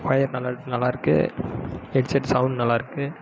wire நல்லா நல்லாயிருக்கு headset sound நல்லாயிருக்கு